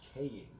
decaying